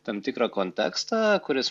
tam tikrą kontekstą kuris